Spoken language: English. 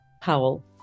Powell